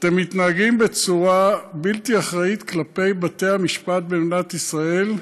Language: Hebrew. אתם מתנהגים בצורה בלתי אחראית כלפי בתי-המשפט במדינת ישראל,